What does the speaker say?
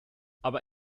aber